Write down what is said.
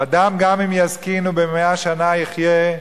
אדם, גם אם יזקין ומאה שנה יחיה,